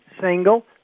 single